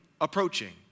approaching